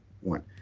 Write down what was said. one